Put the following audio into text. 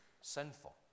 Sinful